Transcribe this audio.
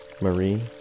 Marie